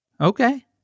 Okay